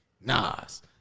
Nas